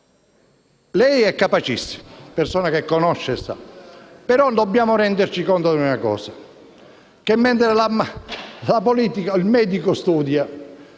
Lei è capacissimo, persona che conosce e sa, però dobbiamo renderci conto che mentre il medico studia,